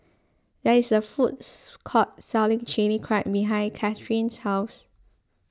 there is a foods court selling Chili Crab behind Cathrine's house